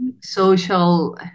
social